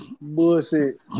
Bullshit